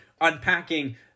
unpacking